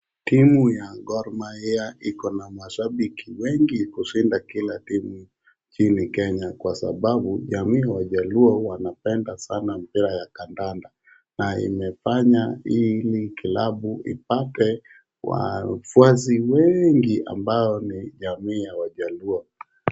Timu ya Gor Mahia iko na mashabiki wengi kushinda kila timu nchini Kenya kwa sababu jamii ya wajaluo wanapenda sana mpira ya kandada na imefanya hili klabu ipate wafuasi wengi ambao ni jamii ya wajaluo.